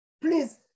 please